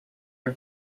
are